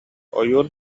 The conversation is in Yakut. ойуун